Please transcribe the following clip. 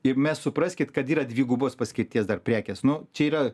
ir mes supraskit kad yra dvigubos paskirties dar prekės nu čia yra